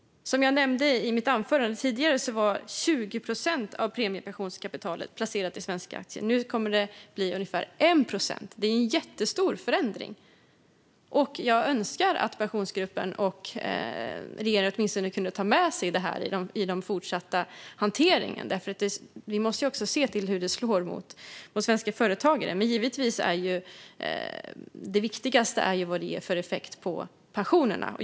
Som jag nämnde i mitt anförande var 20 procent av premiepensionskapitalet tidigare placerat i svenska aktier. Nu kommer det att bli ungefär 1 procent. Det är en jättestor förändring. Jag önskar att Pensionsgruppen och regeringen åtminstone kunde ta med sig det här i den fortsatta hanteringen, för vi måste också se till hur det slår mot svenska företagare. Men givetvis är det viktigaste vad det ger för effekt på pensionerna.